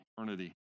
eternity